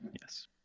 Yes